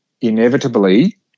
inevitably